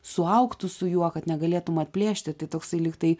suaugtų su juo kad negalėtum atplėšti tai toksai lyg tai